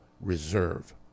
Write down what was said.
Reserve